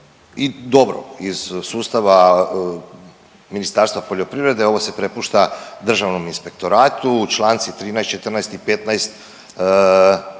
i dobro, iz sustava Ministarstva poljoprivrede ovo se prepušta državnom ispektoratu. Članci 13., 14. i 15.